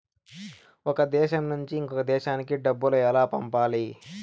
ఒక దేశం నుంచి ఇంకొక దేశానికి డబ్బులు ఎలా పంపాలి?